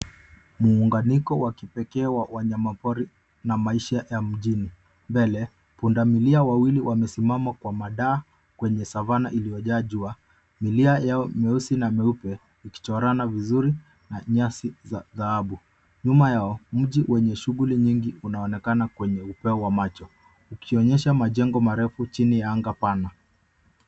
Muunganiko wa kipekee wa wanyama pori na maisha ya mjini. Mbele, pundamilia wawili wamesimama kwa madaha kwenye savannah iliyojaa jua. Milia yao myeusi na myeupe ikichorana vizuri na nyasi za dhahabu. Nyuma yao, mji wenye shughuli nyingi unaonekana kwenye upeo wa macho ukionyesha majengo marefu chini ya anga pana.